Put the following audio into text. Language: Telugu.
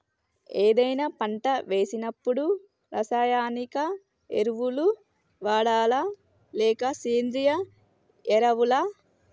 ఏదైనా పంట వేసినప్పుడు రసాయనిక ఎరువులు వాడాలా? లేక సేంద్రీయ ఎరవులా?